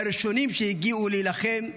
אוריאל היה מהראשונים שהגיעו להילחם.